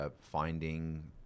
Finding